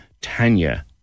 Tanya